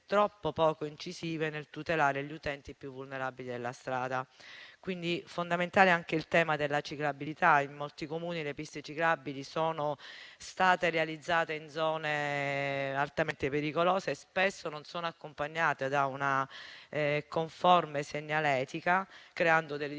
troppo poco incisive nel tutelare gli utenti più vulnerabili della strada. Fondamentale è anche il tema della ciclabilità. In molti Comuni le piste ciclabili sono state realizzate in zone altamente pericolose e spesso non sono accompagnate da una conforme segnaletica, creando delle difficoltà